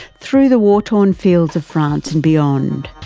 through the war-torn fields of france and beyond.